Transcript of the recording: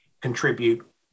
contribute